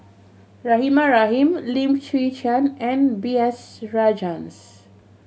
Rahimah Rahim Lim Chwee Chian and B S Rajhans